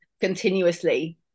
continuously